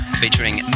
featuring